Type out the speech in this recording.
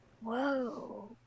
whoa